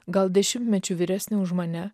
gal dešimtmečiu vyresnė už mane